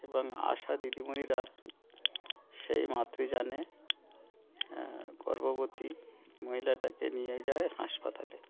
এবং আসা দিদিমণিরা সেই মাতৃযানে গর্ভবতী মহিলাটাকে নিয়ে যায় হাসপাতালে